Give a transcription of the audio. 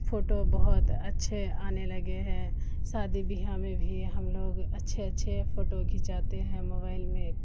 photo بہت اچھے آنے لگے ہیں شادی بیاہ میں بھی ہم لوگ اچھے اچھے فوٹو کھنچاتے ہیں موبائل میں